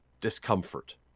discomfort